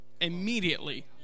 immediately